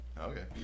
Okay